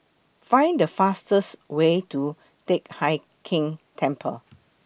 Find The fastest Way to Teck Hai Keng Temple